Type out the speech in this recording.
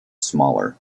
smaller